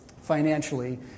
financially